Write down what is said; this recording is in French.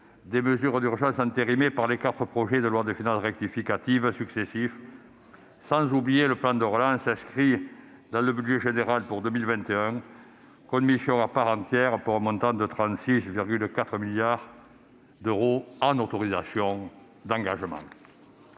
des mesures d'urgence entérinées par les quatre projets de loi de finances rectificative successifs, sans oublier le plan de relance, inscrit dans le budget général pour 2021 comme une mission à part entière, pour un montant de 36,4 milliards d'euros en autorisations d'engagement.